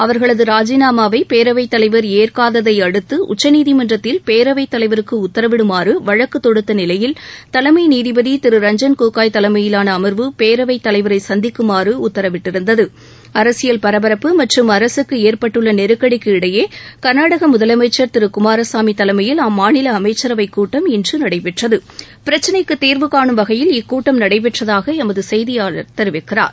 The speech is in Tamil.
அவர்களது ராஜினாமாவை பேரவைத் தலைவர் ஏற்காததை அடுத்து உச்சநீதிமன்றத்தில் பேரவைத் தலைவருக்கு உத்தரவிடுமாறு வழக்கு தொடுத்த நிலையில் தலைமை நீதிபதி ரஞ்சன் கோகோய் தலைமையிலான அமர்வு பேரவைத் தலைவரை சந்திக்குமாறு உத்தரவிட்டிருந்தது ஏற்பட்டுள்ள நெருக்கடிக்கு இடையே கர்நாடக அரசியல் பரபரப்பு மற்றும் அரசுக்கு முதலமைச்சர் திரு ஹெச் டி குமாரசாமி தலைமையில் அம்மாநில அமைச்சரவைக் கூட்டம் இன்று நடைபெற்றது பிர்ச்சினைக்கு தீர்வு காணும் வகையில் இக்கூட்டம் நடைபெற்றதாக எமது செய்தியாளர் தெரிவிக்கிறார்